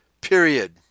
Period